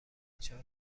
چهارم